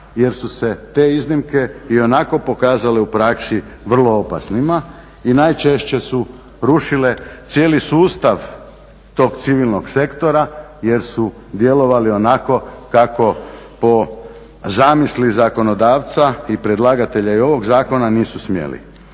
jer su se te iznimke i onako pokazale u praksi vrlo opasnima i najčešće su rušile cijeli sustav tog civilnog sektora jer su djelovali onako kako po zamisli zakonodavca i predlagatelja i ovog zakona nisu smjeli.